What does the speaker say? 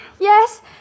Yes